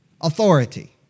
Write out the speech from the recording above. authority